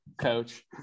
coach